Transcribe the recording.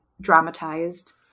dramatized